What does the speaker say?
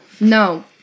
No